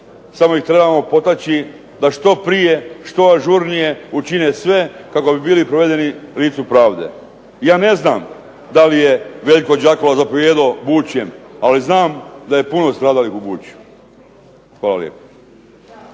samo ih trebamo potaći da što prije, što ažurnije učine sve kako bi bili privedeni licu pravde. Ja ne znam da li je Veljko Đakula zapovijedao Bučjem, ali znam da je puno stradalih u Bučju. Hvala lijepo.